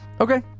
Okay